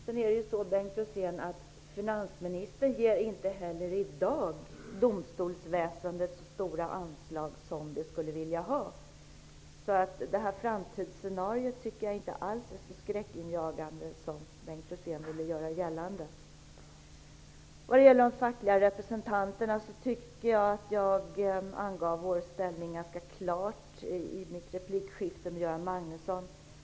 Sedan är det ju så, Bengt Rosén, att finansministern inte heller i dag ger domstolsväsendet så stora anslag som man där skulle vilja ha. Jag tycker därför inte alls att det här framtidsscenariot är så skräckinjagande som Bengt Rosén ville göra gällande. Jag tycker att jag i fråga om de fackliga representanterna angav vår ställning ganska klart i mitt replikskifte med Göran Magnusson.